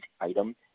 item